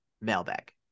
mailbag